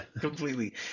Completely